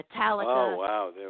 Metallica